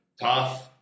tough